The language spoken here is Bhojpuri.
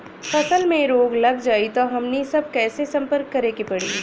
फसल में रोग लग जाई त हमनी सब कैसे संपर्क करें के पड़ी?